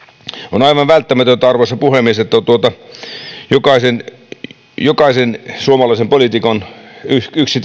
on aivan välttämätöntä arvoisa puhemies että jokaisen suomalaisen poliitikon yksi